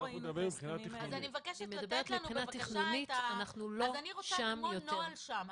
רואים --- אז אני רוצה שזה יהיה כמו נוהל שם,